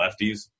lefties